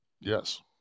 Yes